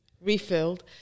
refilled